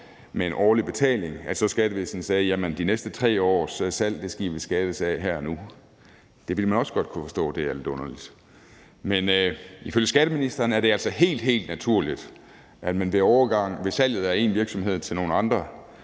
med en årlig betaling, og så skattevæsenet sagde: Jamen de næste 3 års salg kan I beskattes af her og nu – så ville man også godt kunne forstå, det var lidt underligt. Men ifølge skatteministeren er det altså helt, helt naturligt, at man ved salget af en virksomhed til nogle andre